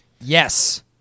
Yes